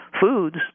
foods